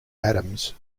adams